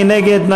מי נגד?